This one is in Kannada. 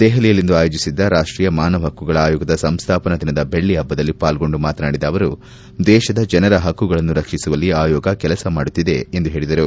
ದೆಹಲಿಯಲ್ಲಿಂದು ಆಯೋಜಿಸಿದ್ದ ರಾಷ್ಷೀಯ ಮಾನವ ಹಕ್ಕುಗಳ ಆಯೋಗದ ಸಂಸ್ಥಾಪನ ದಿನದ ಬೆಳ್ಳಿ ಹಭ್ಗದಲ್ಲಿ ಪಾಲ್ಗೊಂಡು ಮಾತನಾಡಿದ ಅವರು ದೇಶದ ಜನರ ಹಕ್ಕುಗಳನ್ನು ರಕ್ಷಿಸುವಲ್ಲಿ ಆಯೋಗ ಕೆಲಸ ಮಾಡುತ್ತಿದೆ ಎಂದು ಹೇಳದರು